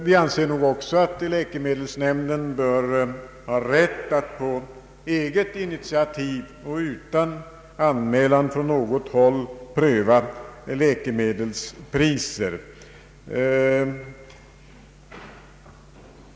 Vi anser också att läkemedelsnämnden bör ha rätt att på eget initiativ och utan anmälan från något håll pröva läkemedelspriser.